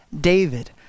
David